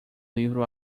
livro